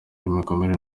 imikorere